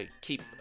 keep